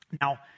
Now